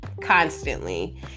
constantly